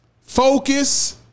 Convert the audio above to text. focus